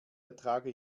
ertrage